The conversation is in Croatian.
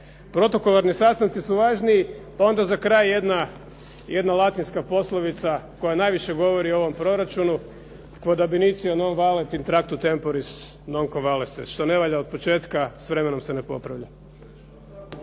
Protokolarni sastanci su važniji, pa onda za kraj jedna latinska poslovica koja najviše govori o ovom proračunu: "Quod ab initio non valet, in tractu temporis, non convalescere". "Što ne valja od početka, s vremenom se ne popravlja".